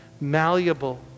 malleable